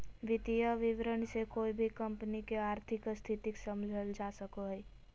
वित्तीय विवरण से कोय भी कम्पनी के आर्थिक स्थिति समझल जा सको हय